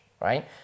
right